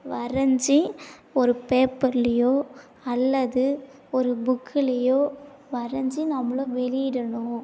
வரைஞ்சி ஒரு பேப்பர்லேயோ அல்லது ஒரு புக்குலேயோ வரைஞ்சி நம்மளும் வெளியிடணும்